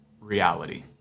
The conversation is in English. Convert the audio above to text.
reality